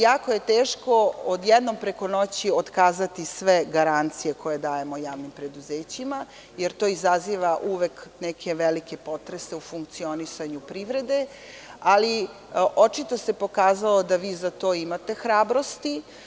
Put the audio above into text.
Jako je teško odjednom preko noći otkazati sve garancije koje dajemo javnim preduzećima, jer to uvek izaziva neke velike potrese u funkcionisanju privrede, ali očito se pokazalo da vi za to imate hrabrosti.